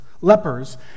lepers